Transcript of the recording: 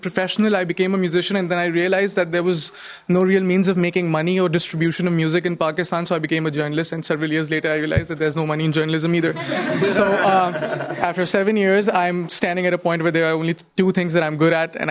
professional i became a musician and then i realized that there was no real means of making money or distribution of music in pakistan so i became a journalist and several years later i realized that there's no money in journalism either so after seven years i'm standing at a point where there are only two things that i'm good at and